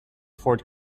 ford